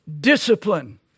Discipline